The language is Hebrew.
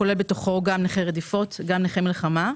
הוא כולל בתוכו גם נכי רדיפות וגם נכי מלחמה.